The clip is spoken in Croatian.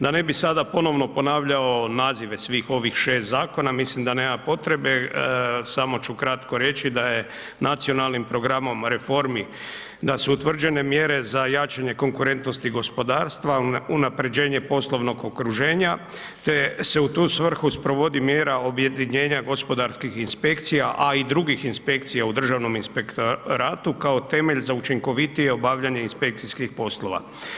Da ne bih sada ponovno ponavljao nazive svih ovih 6 zakona, mislim da nema potrebe, samo ću kratko reći da je nacionalnim programom reformi da su utvrđene mjere za jačanje konkurentnosti gospodarstva, unapređenje poslovnog okruženja te se u tu svrhu sprovodi mjera objedinjenja gospodarskih inspekcija a i drugih inspekcija u Državnom inspektoratu kao temeljem za učinkovitije obavljanje inspekcijskih poslova.